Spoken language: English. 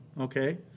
okay